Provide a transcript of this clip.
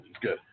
good